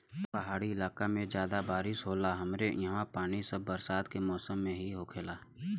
पहाड़ी इलाके में जादा बारिस होला हमरे ईहा पानी बस बरसात के मौसम में ही होखेला